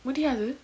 முடியாது:mudiyathu